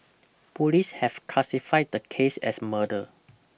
police have classified the case as murder